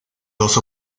dos